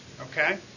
Okay